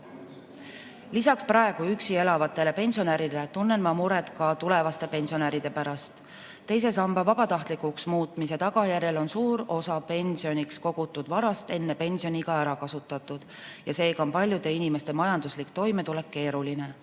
Lisaks praegu üksi elavatele pensionäridele tunnen ma muret ka tulevaste pensionäride pärast. Teise samba vabatahtlikuks muutmise tagajärjel on suur osa pensioniks kogutud varast enne pensioniiga ära kasutatud, seega on paljude inimeste majanduslik toimetulek keeruline.